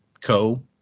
Co